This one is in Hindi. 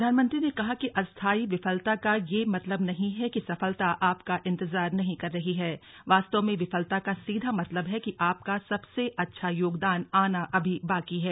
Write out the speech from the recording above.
प्रधानमंत्री ने कहा कि अस्थाई विफलता का यह मतलब नहीं है कि सफलता आपका इंतजार नहीं कर रही है वास्तव में विफलता का सीधा मतलब है कि आपका सबसे अच्छा योगदान आना अभी बाकी है